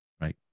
Right